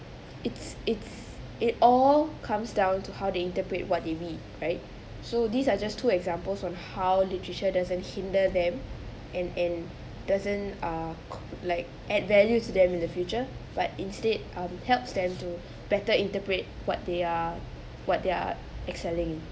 it's it's it all comes down to how they interpret what they read right so these are just two examples on how literature does and hinder them and and doesn't ah like add value to them in the future but instead of helps them to better interpret what they are what they're excelling